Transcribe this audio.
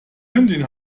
hündin